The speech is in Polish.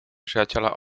przyjaciela